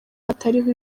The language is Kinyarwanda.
hatariho